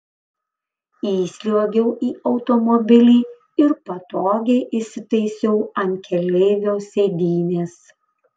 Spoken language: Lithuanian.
įsliuogiau į automobilį ir patogiai įsitaisiau ant keleivio sėdynės